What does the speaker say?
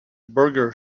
burger